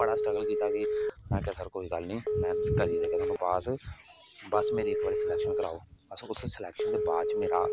बडा स्ट्रगल कीता कि में आखेआ सर कोई गल्ल नेई करी देगा में पास बस मेरी इक थुआढ़ी स्लैकशन कराओ असें उस स्लेकशन दे बाद मेरा